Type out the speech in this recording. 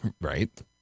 right